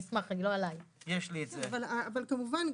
אבל כמובן,